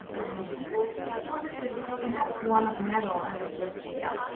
and i really wanted this because i have one of metal, and it's just, yeah,